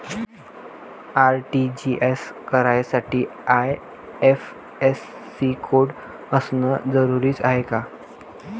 RTGS करासाठी IFSC code असनं जरुरीच हाय का?